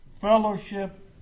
fellowship